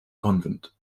convent